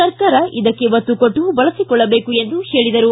ಸರ್ಕಾರ ಇದಕ್ಕೆ ಒತ್ತು ಕೊಟ್ಟು ಬಳಸಿಕೊಳ್ಳಬೇಕು ಎಂದು ಹೇಳಿದರು